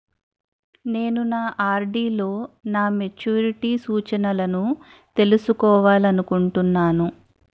నేను నా ఆర్.డి లో నా మెచ్యూరిటీ సూచనలను తెలుసుకోవాలనుకుంటున్నాను